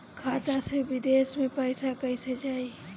खाता से विदेश मे पैसा कईसे जाई?